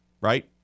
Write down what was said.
right